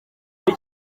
kuri